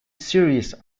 series